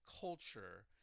culture